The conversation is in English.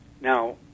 Now